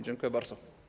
Dziękuję bardzo.